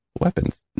weapons